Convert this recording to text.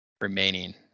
remaining